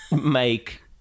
make